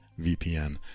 vpn